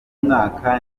mwaka